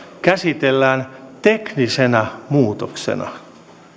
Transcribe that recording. käsitellään teknisenä muutoksena